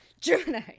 Gemini